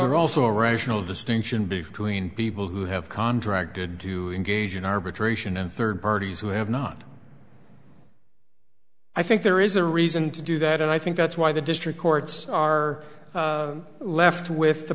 isn't also a rational distinction between people who have contracted to engage in arbitration and third parties who have not i think there is a reason to do that and i think that's why the district courts are left with the